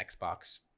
Xbox